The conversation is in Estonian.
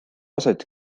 aset